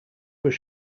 were